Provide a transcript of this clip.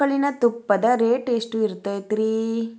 ಆಕಳಿನ ತುಪ್ಪದ ರೇಟ್ ಎಷ್ಟು ಇರತೇತಿ ರಿ?